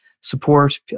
support